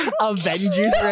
Avengers